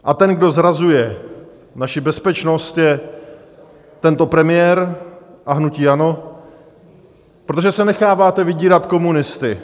A ten, kdo zrazuje naši bezpečnost, je tento premiér a hnutí ANO, protože se necháváte vydírat komunisty.